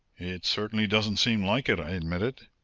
it certainly doesn't seem like it, i admitted.